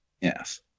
yes